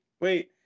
wait